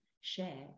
share